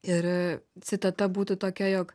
ir citata būtų tokia jog